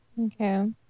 okay